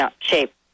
shape